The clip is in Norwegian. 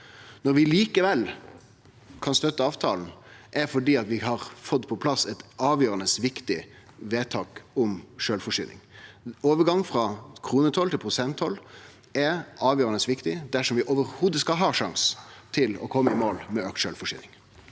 Når vi likevel kan støtte avtalen, er det fordi vi har fått på plass eit avgjerande viktig vedtak om sjølvforsyning. Ein overgang frå kronetoll til prosenttoll er avgjerande viktig dersom vi i det heile skal ha sjanse til å kome i mål med auka sjølvforsyning.